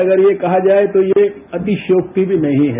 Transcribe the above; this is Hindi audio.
अगर यह कहा जाए तो ये अतिशोक्ति भी नहीं है